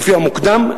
לפי המוקדם,